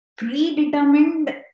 Predetermined